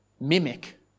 mimic